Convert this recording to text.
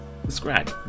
Subscribe